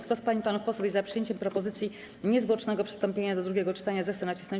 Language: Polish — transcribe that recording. Kto z pań i panów posłów jest za przyjęciem propozycji niezwłocznego przystąpienia do drugiego czytania, zechce nacisnąć